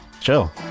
Chill